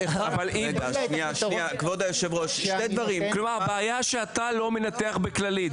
כלומר, הבעיה היא שאתה לא מנתח בכללית.